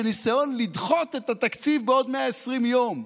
בניסיון לדחות את התקציב בעוד 120 יום,